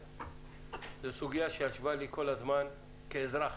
זו סוגיה שישבה לי כל הזמן, כאזרח,